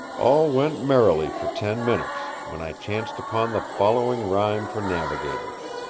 all went merrily for ten minutes, when i chanced upon the following rhyme for navigators